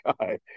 guy